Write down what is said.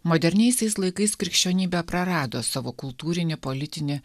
moderniaisiais laikais krikščionybė prarado savo kultūrinį politinį